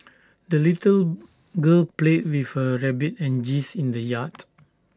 the little girl played with her rabbit and geese in the yard